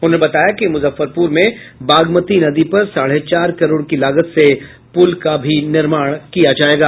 उन्होने बताया कि मूजफ्फरपूर में बागमती नदी पर साढ़े चार करोड़ की लागत से पूल का भी निर्माण किया जायेगा